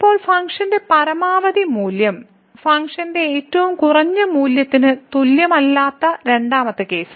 ഇപ്പോൾ ഫംഗ്ഷന്റെ പരമാവധി മൂല്യം ഫംഗ്ഷന്റെ ഏറ്റവും കുറഞ്ഞ മൂല്യത്തിന് തുല്യമല്ലാത്ത രണ്ടാമത്തെ കേസ്